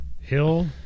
Hill